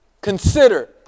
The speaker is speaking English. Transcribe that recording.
consider